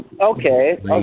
okay